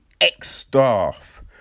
ex-staff